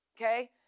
okay